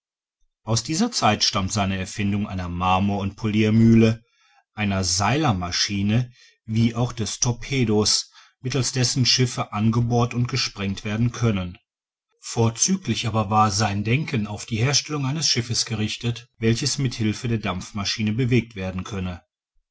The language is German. aus dieser zeit stammt seine erfindung einer marmor und polirmühle einer seilermaschine wie auch des torpedo mittelst dessen schiffe angebohrt und gesprengt werden können vorzüglich aber war sein denken auf die herstellung eines schiffes gerichtet welches mit hilfe der dampfmaschine bewegt werden könne